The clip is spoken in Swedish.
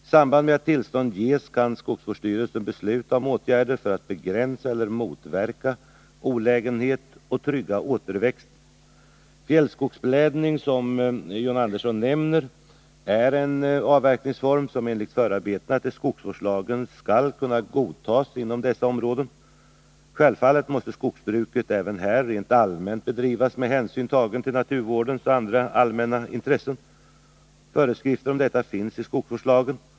I samband med att tillstånd ges kan skogsvårdsstyrelsen besluta om åtgärder för att begränsa eller motverka olägenhet och trygga återväxten. Fjällskogsblädning. som John Andersson nämner, är en avverkningsform som enligt förarbetena till skogsvårdslagen skall kunna godtas inom dessa områden. Självfallet måste skogsbruket även här rent allmänt bedrivas med hänsyn tagen till naturvårdens och andra allmänna intressen. Föreskrifter om detta finns i skogsvårdslagen.